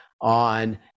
on